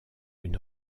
une